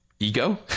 ego